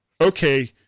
okay